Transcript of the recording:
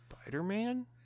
Spider-Man